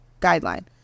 guideline